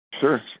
sure